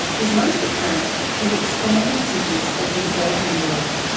is most apparent in the expanding cities of the developing world.